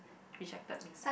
rejected me